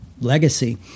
legacy